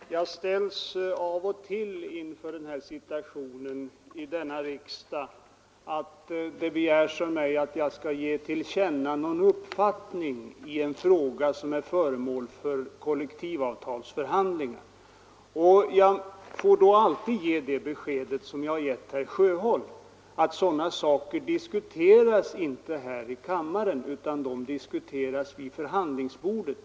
Herr talman! Jag ställs av och till inför den här situationen i denna riksdag — att det begärs att jag skall ge till känna någon uppfattning i en fråga som är föremål för kollektivavtalsförhandlingar. Då får jag alltid ge det beskedet som jag har lämnat herr Sjöholm, att sådana saker diskuteras inte här i kammaren, utan de diskuteras vid förhandlingsbordet.